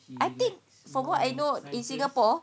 I think from what I know in singapore